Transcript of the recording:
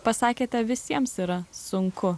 pasakėte visiems yra sunku